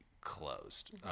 closed